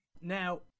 Now